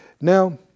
Now